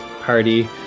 party